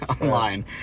online